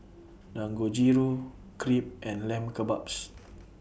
Dangojiru Crepe and Lamb Kebabs